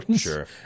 Sure